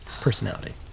personality